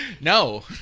No